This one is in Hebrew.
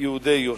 יהודי יו"ש?